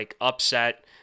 upset